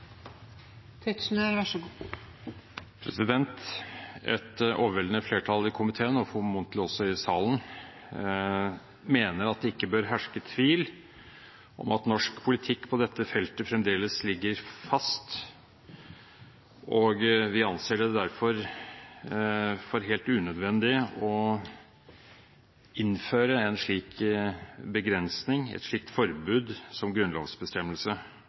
komiteen, og formodentlig også i salen, mener at det ikke bør herske tvil om at norsk politikk på dette feltet fremdeles ligger fast, og vi anser det derfor for helt unødvendig å innføre en slik begrensning, et slikt forbud, som grunnlovsbestemmelse,